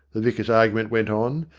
the vicar's argument went on,